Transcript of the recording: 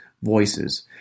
Voices